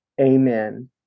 Amen